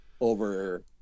over